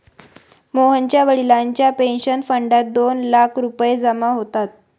मोहनच्या वडिलांच्या पेन्शन फंडात दोन लाख रुपये जमा होतात